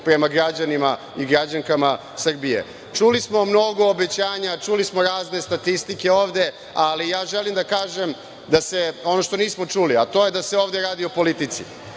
prema građanima i građankama Srbije. Čuli smo mnogo obećanja, čuli smo razne statistike ovde, ali želim da kažem da se ono što nismo čuli, a to je da se ovde radi o politici.